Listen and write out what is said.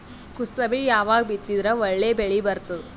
ಕುಸಬಿ ಯಾವಾಗ ಬಿತ್ತಿದರ ಒಳ್ಳೆ ಬೆಲೆ ಬರತದ?